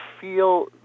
feel